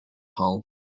hull